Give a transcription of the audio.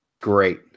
Great